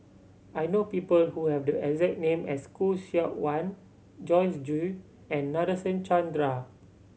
I know people who have the exact name as Khoo Seok Wan Joyce Jue and Nadasen Chandra